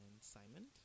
Simon